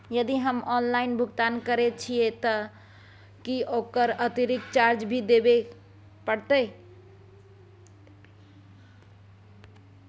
यदि हम ऑनलाइन भुगतान करे छिये त की ओकर अतिरिक्त चार्ज भी देबे परतै?